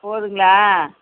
போதுங்களா